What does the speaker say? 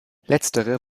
letztere